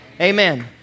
Amen